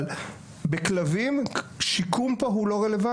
אבל בכלבים שיקום פה הוא לא רלוונטי,